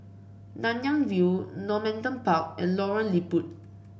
Nanyang View Normanton Park and Lorong Liput